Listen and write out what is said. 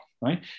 right